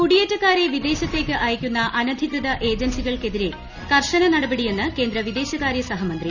കുടിയേറ്റക്കാരെ വിദേശത്തേക്ക് അയക്കുന്ന അനധികൃത ഏജൻസികൾക്കെതിരെ കർശന നടപടിയെന്ന് കേന്ദ്ര വിദേശകാരൃ സഹമന്ത്രി